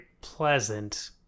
pleasant